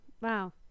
Wow